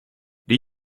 die